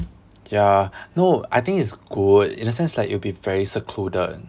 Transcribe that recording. ya no I think it's good in a sense like you will be very secluded